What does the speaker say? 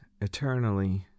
eternally